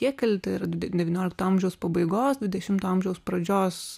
jie kalti ir de devyniolikto amžiaus pabaigos dvidešimto amžiaus pradžios